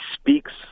speaks